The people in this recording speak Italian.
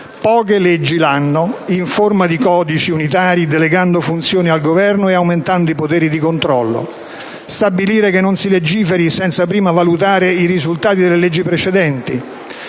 poche leggi l'anno, in forma di codici unitari, delegando funzioni al Governo e aumentando i poteri di controllo. Stabilire che non si legiferi senza prima valutare i risultati delle leggi precedenti.